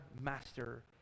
master